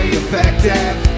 effective